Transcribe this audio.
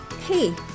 Hey